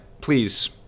please